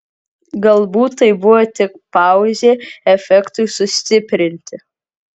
galbūt tai buvo tik pauzė efektui sustiprinti